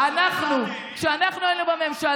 אבל לא הבנתי,